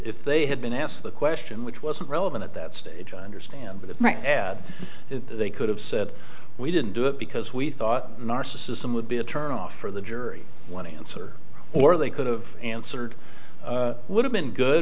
if they had been asked the question which wasn't relevant at that stage i understand that they could have said we didn't do it because we thought narcissism would be a turn off for the jury one answer or they could have answered would have been good